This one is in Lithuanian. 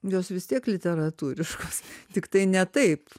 jos vis tiek literatūriškos tiktai ne taip